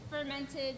fermented